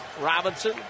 Robinson